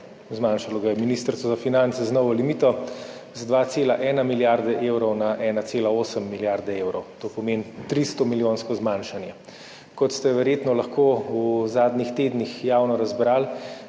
zmanjšalo ga je ministrstvo za finance z novo limito, z 2,1 milijarde evrov na 1,8 milijarde evrov. To pomeni 300-milijonsko zmanjšanje. Kot ste verjetno lahko v zadnjih tednih javno razbrali,